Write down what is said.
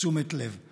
תשומת לב.